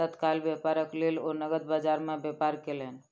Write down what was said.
तत्काल व्यापारक लेल ओ नकद बजार में व्यापार कयलैन